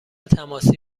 تماسی